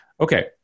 okay